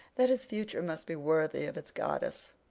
that his future must be worthy of its goddess.